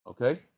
okay